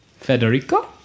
Federico